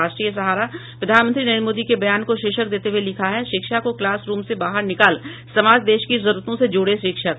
राष्ट्रीय सहारा ने प्रधानमंत्री नरेंद्र मोदी के बयान को शीर्षक देते हुये लिखा है शिक्षा को क्लास रूप से बाहर निकाल समाज व देश की जरूरतों से जोड़ें शिक्षक